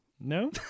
No